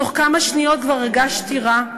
בתוך כמה שניות כבר הרגשתי רע,